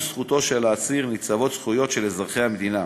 זכותו של האסיר ניצבות זכויות של אזרחי המדינה,